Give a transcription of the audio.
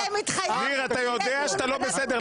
ניר, אתה יודע שאתה לא בסדר.